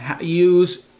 use